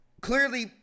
clearly